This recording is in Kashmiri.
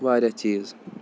واریاہ چیٖز